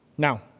Now